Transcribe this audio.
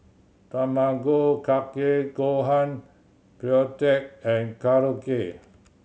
Tamago Kake Gohan Pretzel and Korokke